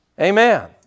Amen